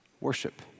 worship